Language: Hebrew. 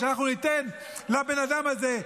שאנחנו ניתן לבן אדם הזה,